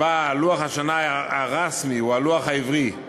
שבה לוח השנה הרשמי הוא הלוח העברי,